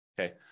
Okay